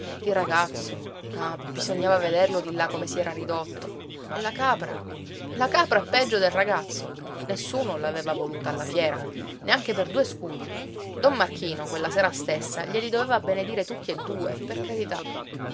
il ragazzo ah bisognava vederlo di là come si era ridotto e la capra la capra peggio del ragazzo nessuno l'aveva voluta alla fiera neanche per due scudi don marchino quella sera stessa glieli doveva benedire tutti e due per carità